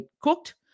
cooked